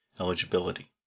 eligibility